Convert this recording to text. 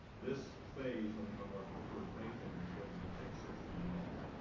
this phase on on our preferred phasing schedule takes sixteen months,